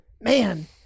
Man